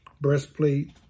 breastplate